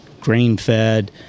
grain-fed